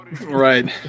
right